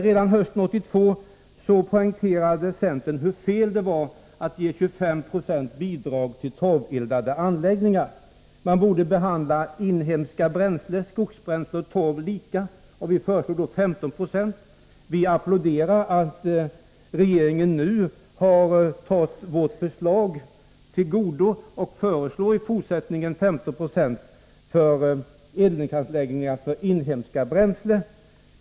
Redan hösten 1982 poängterade centern hur fel det var att ge 25 96 bidrag till torveldade anläggningar. Vi ansåg redan då att man borde behandla inhemska bränslen, skogsbränslen och torv, lika, och vi föreslog 15 96. Vi applåderar att regeringen nu har anammat vårt förslag och att den föreslår 15 Yo bidrag i fortsättningen till eldningsanläggningar för inhemska bränslen.